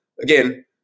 again